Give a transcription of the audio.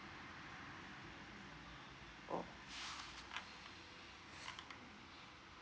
oh